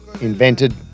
invented